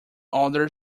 other